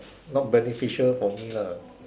not beneficial for me lah